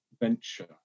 venture